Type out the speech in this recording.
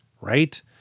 right